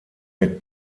mit